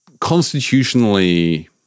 constitutionally